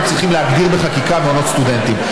אנחנו צריכים להגדיר בחקיקה מעונות סטודנטים.